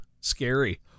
scary